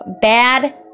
bad